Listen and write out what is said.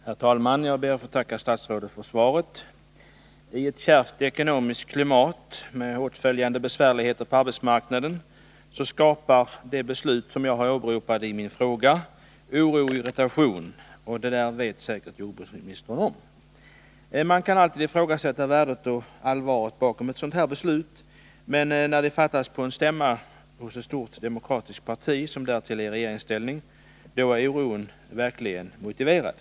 Herr talman! Jag ber att få tacka statsrådet för svaret. I ett kärvt ekonomiskt klimat med åtföljande besvärligheter på arbetsmarknaden skapar det beslut jag åberopat i min fråga oro och irritation — det vet säkert jordbruksministern. Man kan alltid ifrågasätta värdet av och allvaret bakom ett sådant här beslut, men när det fattas på en stämma som hålls av ett stort demokratiskt parti, som därtill är i regeringsställning, är oron verkligen motiverad.